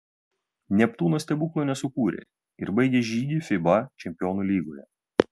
neptūnas stebuklo nesukūrė ir baigė žygį fiba čempionų lygoje